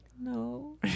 No